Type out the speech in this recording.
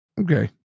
okay